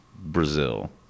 Brazil